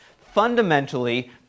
fundamentally